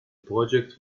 project